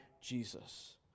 Jesus